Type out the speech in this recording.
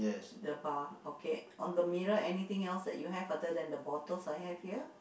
the bar okay on the mirror anything else that you have other than the bottles I have here